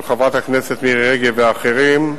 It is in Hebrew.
של חברת הכנסת מירי רגב ואחרים.